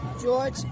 George